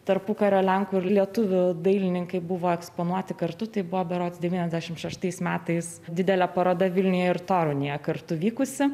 tarpukario lenkų ir lietuvių dailininkai buvo eksponuoti kartu tai buvo berods devyniasdešim šeštais metais didelė paroda vilniuje ir torūnėje kartu vykusi